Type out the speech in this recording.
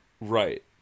Right